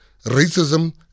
racism